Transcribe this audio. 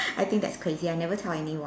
I think that's crazy I never tell anyone